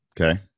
Okay